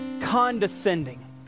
condescending